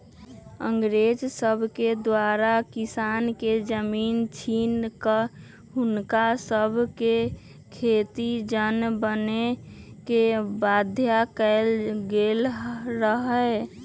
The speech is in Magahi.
अंग्रेज सभके द्वारा किसान के जमीन छीन कऽ हुनका सभके खेतिके जन बने के बाध्य कएल गेल रहै